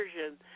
version